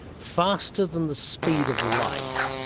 faster than the speed of light.